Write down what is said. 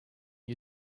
you